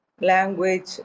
language